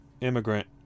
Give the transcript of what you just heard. immigrant